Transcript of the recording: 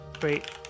great